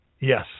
Yes